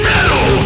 Metal